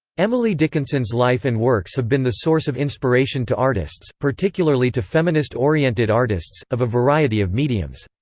emily dickinson's life and works have been the source of inspiration to artists, particularly to feminist-oriented artists, of a variety of mediums.